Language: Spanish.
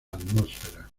atmósfera